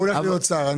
הוא הולך להיות שר.